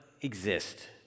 exist